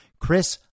Chris